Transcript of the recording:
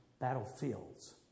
battlefields